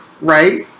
right